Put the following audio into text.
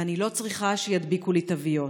ואני לא צריכה שידביקו לי תוויות.